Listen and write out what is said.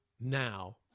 now